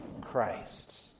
Christ